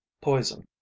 poison